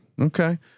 Okay